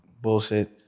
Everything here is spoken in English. Bullshit